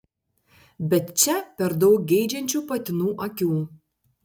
bet čia per daug geidžiančių patinų akių